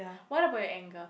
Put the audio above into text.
what about your anger